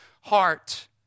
heart